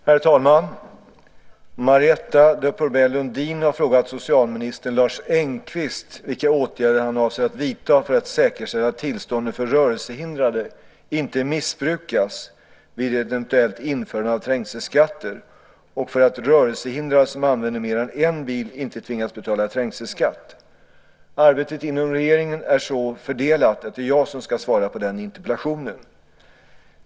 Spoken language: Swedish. Herr talman! Marietta de Pourbaix-Lundin har frågat socialminister Lars Engqvist vilka åtgärder han avser att vidta för att säkerställa att tillstånden för rörelsehindrade inte missbrukas vid ett eventuellt införande av trängselskatter och för att rörelsehindrade som använder mer än en bil inte tvingas betala trängselskatt. Arbetet inom regeringen är så fördelat att det är jag som ska svara på den interpellationen.